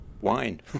wine